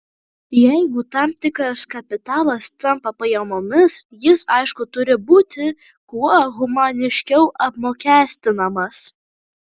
jeigu tam tikras kapitalas tampa pajamomis jis aišku turi būti kuo humaniškiau apmokestinamas